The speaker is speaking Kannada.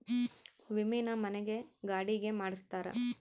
ವಿಮೆನ ಮನೆ ಗೆ ಗಾಡಿ ಗೆ ಮಾಡ್ಸ್ತಾರ